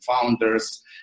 founders